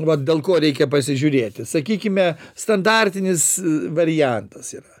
vat dėl ko reikia pasižiūrėti sakykime standartinis variantas yra